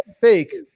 fake